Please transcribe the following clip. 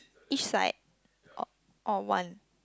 each side or or one